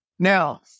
Now